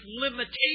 limitations